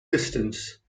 distance